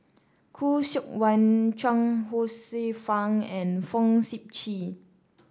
Khoo Seok Wan Chuang Hsueh Fang and Fong Sip Chee